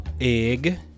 egg